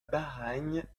baragne